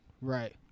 Right